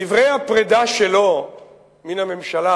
בדברי הפרידה שלו מן הממשלה